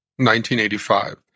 1985